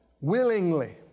willingly